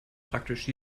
praktisch